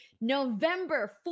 November